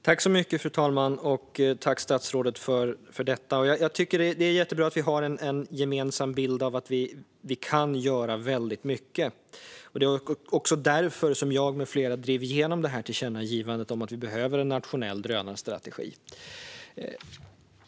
Fru talman! Tack för detta, statsrådet! Jag tycker att det är jättebra att vi har en gemensam bild av att vi kan göra mycket. Det var därför som jag och flera andra drev igenom tillkännagivandet om att vi behöver en nationell drönarstrategi.